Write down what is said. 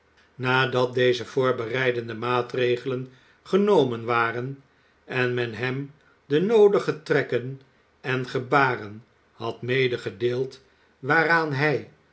nadat deze voorbereidende maatregelen genomen waren en men hem de noodige trekken en gebaren had medegedeeld waaraan hij